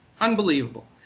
Unbelievable